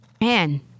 man